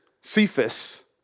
Cephas